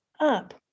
up